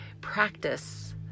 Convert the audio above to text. practice